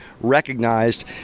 recognized